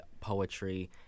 poetry